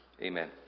Amen